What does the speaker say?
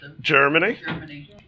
Germany